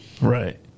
Right